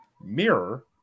Mirror